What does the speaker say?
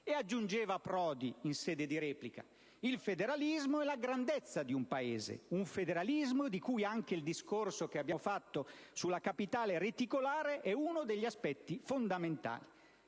E aggiungeva Prodi in sede di replica: «Il federalismo è la grandezza di un Paese, un federalismo di cui anche il discorso che abbiamo fatto sulla "Capitale reticolare" è uno degli aspetti fondamentali.